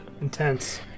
intense